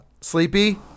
Sleepy